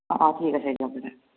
অ' ঠিক আছে দিয়ক